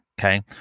okay